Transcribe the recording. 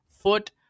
foot